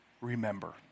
remember